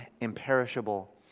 imperishable